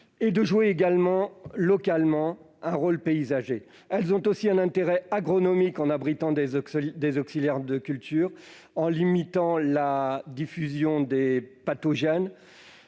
et de jouer localement un rôle paysager. Elles ont aussi un intérêt agronomique en abritant des auxiliaires de culture et en limitant la diffusion des pathogènes.